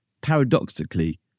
Paradoxically